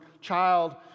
child